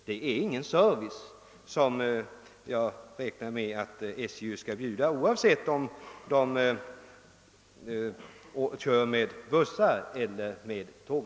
Det är ingen service, vilket jag räknar med att SJ skall erbjuda, oavsett om man kör med bussar eller med tåg.